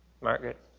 Margaret